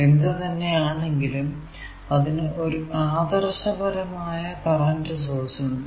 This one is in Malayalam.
എന്ത് തന്നെ ആണെങ്കിലും അതിനു ഒരു ആദർശപരമായ കറന്റ് സോഴ്സ് ഉണ്ട്